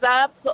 up